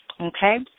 okay